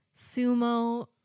sumo